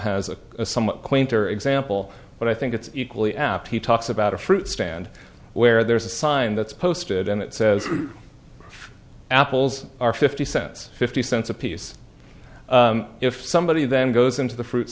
has a somewhat quainter example but i think it's equally apt he talks about a fruit stand where there's a sign that's posted and it says apples are fifty cents fifty cents apiece if somebody then goes into the fruit